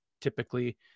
typically